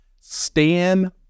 Stan